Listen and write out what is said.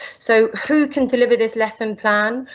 so who can deliver this lesson plan?